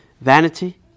vanity